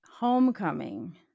Homecoming